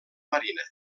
marina